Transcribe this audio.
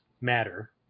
matter